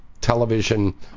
television